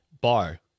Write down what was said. bar